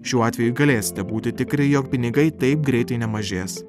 šiuo atveju galėsite būti tikri jog pinigai taip greitai nemažės